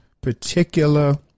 particular